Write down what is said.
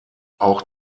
auch